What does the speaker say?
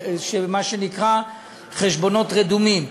מה שנקרא חשבונות רדומים.